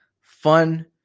fun